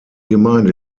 gemeinde